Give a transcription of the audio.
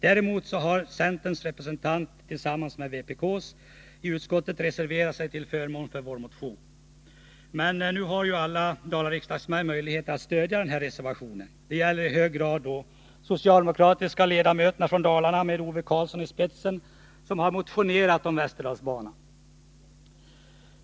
Däremot har centerns representant i utskottet tillsammans med vpk:s reserverat sig till förmån för vår motion. Nu har ju alla Dalariksdagsmän möjligheter att stödja denna reservation. Det gäller i hög grad de socialdemokratiska ledamöterna från Dalarna, som med Ove Karlsson i spetsen har motionerat om västerdalsbanan.